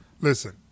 listen